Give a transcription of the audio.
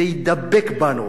זה ידבק בנו,